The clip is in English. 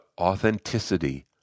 authenticity